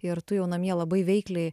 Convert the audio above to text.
ir tu jau namie labai veikliai